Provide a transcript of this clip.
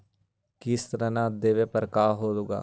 किस्त न देबे पर का होगा?